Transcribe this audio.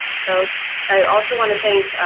so i also want to thank,